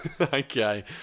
Okay